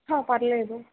పర్లేదు